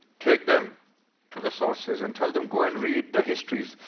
take them to the sources and tell them, go and read the histories.